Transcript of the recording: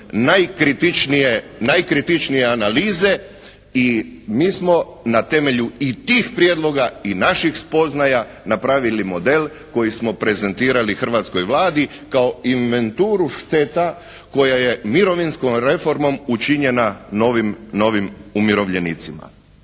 najkritičnije analize i mi smo na temelju i tih prijedloga i naših spoznaja napravili model koji smo prezentirali hrvatskoj Vladi kao inventuru šteta koja je mirovinskom reformom učinjena novim umirovljenicima.